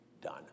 done